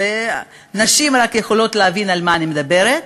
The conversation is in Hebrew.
רק נשים יכולות להבין על מה אני מדברת.